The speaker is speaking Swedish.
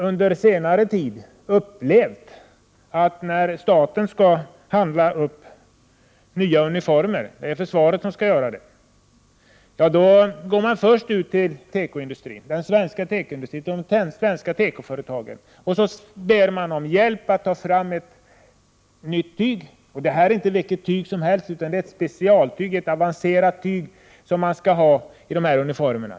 Under senare tid har vi upplevt att när staten, dvs. försvaret, skall handla upp nya uniformer går man först till den svenska tekoindustrin och de svenska tekoföretagen. Man ber om hjälp för att ta fram ett nytt tyg. Det är inte vilket tyg som helst, utan det är ett avancerat tyg som skall användas för uniformerna.